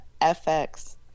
FX